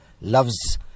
loves